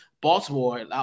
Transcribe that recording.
Baltimore